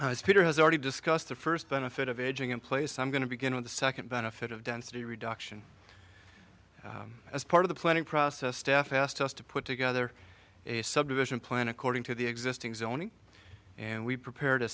peter has already discussed the first benefit of aging in place i'm going to begin with the second benefit of density reduction as part of the planning process staff asked us to put together a subdivision plan according to the existing zoning and we prepare